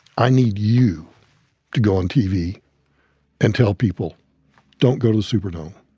i need you to go on tv and tell people don't go to the superdome.